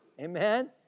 Amen